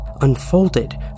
unfolded